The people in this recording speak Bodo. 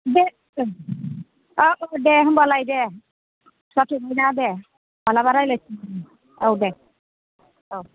दे हा औ दे होनबालाय दे गाज्रि मोना दे मालाबा रायज्लायफिन औ दे औ